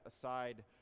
aside